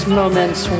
moments